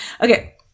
Okay